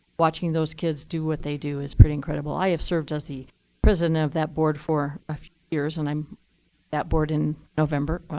watching those kids do what they do is pretty incredible. i have served as the president of that board for a few years, and i'm that board in november. well,